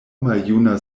maljuna